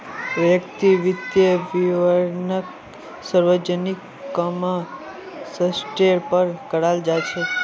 व्यक्तिर वित्तीय विवरणक सार्वजनिक क म स्तरेर पर कराल जा छेक